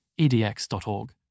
edX.org